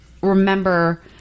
remember